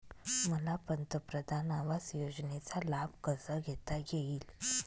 मला पंतप्रधान आवास योजनेचा लाभ कसा घेता येईल?